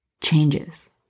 changes